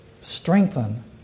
Strengthen